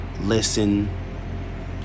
listen